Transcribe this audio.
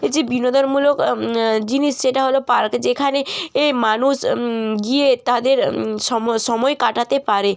যে বিনোদনমূলক জিনিস সেটা হলো পার্ক যেখানে এ মানুষ গিয়ে তাদের সময় সময় কাটাতে পারে